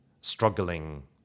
struggling